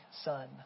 son